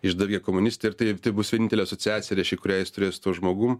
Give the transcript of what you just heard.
išdavikė komunistė ir tai tai bus vienintelė asociacija reiškia kurią jis turės su tuo žmogum